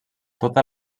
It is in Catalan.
tota